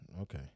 Okay